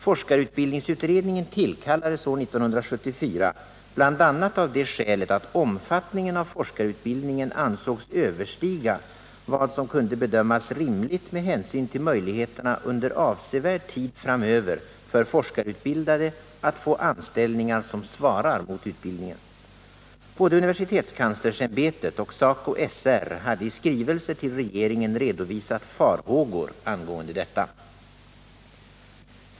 Forskarutbildningsutredningen tillkallades år 1974 bl.a. av det skälet att omfattningen av forskarutbildningen ansågs överstiga vad som kunde bedömas rimligt med hänsyn till möjligheterna under avsevärd tid framöver för forskarutbildade att få anställningar som svarar mot utbildningen. Både universitetskanslersämbetet och SACO/SR hade i skrivelser till regeringen redovisat farhågor angående detta.